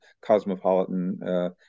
cosmopolitan